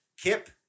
Kip